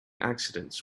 accidents